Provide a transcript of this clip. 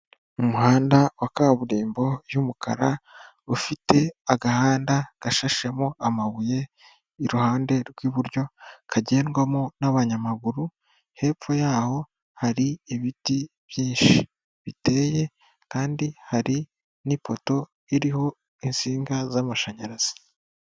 Umuhanda wa kaburimbo yumukara ufite agahanda gashashemo amabuye, iruhande rw'iburyo kagendwamo n'abanyamaguru, hepfo y'aho hari ibiti byinshi, biteye kandi hari ni'ipoto iriho insinga z'amashanyarazi.